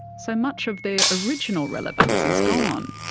so much of their original relevance is gone.